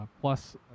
plus